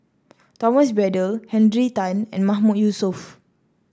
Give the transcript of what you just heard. Thomas Braddell Henry Tan and Mahmood Yusof